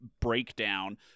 breakdown